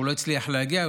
הוא לא הצליח להגיע,